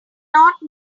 not